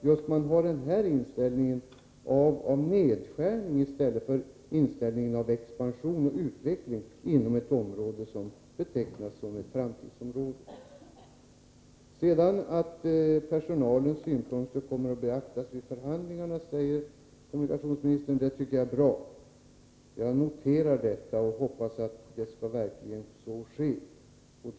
Just den här inställningen förvånar mig — att man vill ha en nedskärning i stället för expansion och utveckling inom ett område som betecknas som ett framtidsområde. Kommunikationsministern säger att personalens synpunkter kommer att beaktas vid förhandlingarna, och det tycker jag är bra. Jag noterar detta och hoppas verkligen att så sker.